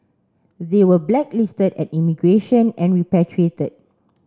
they were blacklisted at immigration and repatriated